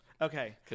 Okay